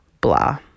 blah